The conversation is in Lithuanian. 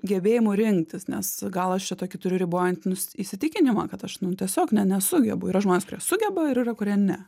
gebėjimu rinktis nes gal aš čia tokį turiu ribojantį įsitikinimą kad aš tiesiog ne nesugebu yra žmonės kurie sugeba ir yra kurie ne